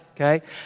okay